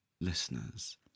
listeners